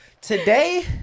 Today